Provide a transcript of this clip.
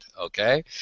Okay